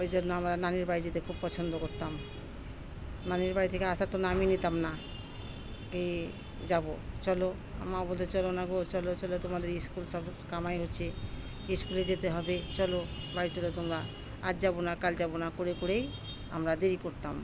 ওই জন্য আমরা নানির বাড়ি যেতে খুব পছন্দ করতাম নানির বাড়ি থেকে আসার তো নামই নিতাম না কি যাবো চলো আর মা বলত চলো না গো চলো চলো তোমাদের স্কুল সব কামাই হচ্ছে স্কুলে যেতে হবে চলো বাড়ি চলো তোমরা আজ যাবো না কাল যাবো না করে করেই আমরা দেরি করতাম